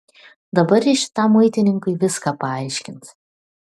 dabar ji šitam muitininkui viską paaiškins